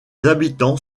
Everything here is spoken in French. habitants